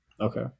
Okay